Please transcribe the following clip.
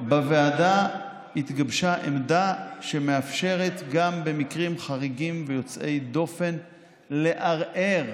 בוועדה התגבשה עמדה שמאפשרת גם במקרים חריגים ויוצאי דופן לערער